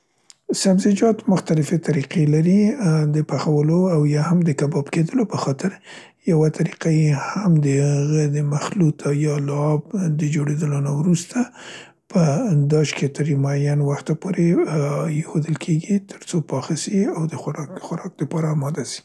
سبزیجات مختلفې طریقې لري ، ا، د پخولو او یا هم د کباب کیدلو په خاطر ، یوه طریقه یې هم د هغه د مخلوط او یا لعاب د جوړویدلو نه وروسته په داش کې تر ی معین وخته پورې ایښودل کیګي تر څو پاخه سي او د خوراک ، خوراک دپاره اماده سي.